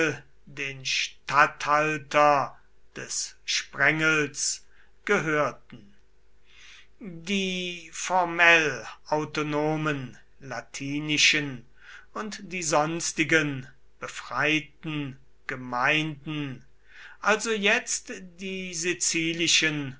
den statthalter des sprengels gehörten die formell autonomen latinischen und die sonstigen befreiten gemeinden also jetzt die sizilischen